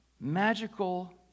magical